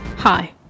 Hi